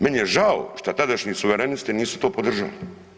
Meni je žao što tadašnji suverenisti nisu to podržali.